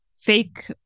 fake